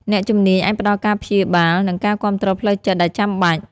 អ្នកជំនាញអាចផ្តល់ការព្យាបាល និងការគាំទ្រផ្លូវចិត្តដែលចាំបាច់។